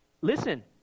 Listen